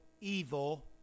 evil